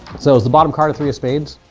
so those the bottom card three of spades